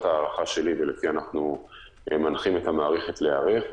ההערכה שלי ולפיה אנחנו מנחים את המערכת להיערך,